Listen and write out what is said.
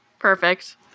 perfect